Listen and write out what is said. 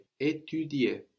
étudier